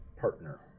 partner